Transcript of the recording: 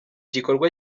gikorwa